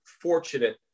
fortunate